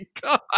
God